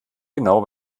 genau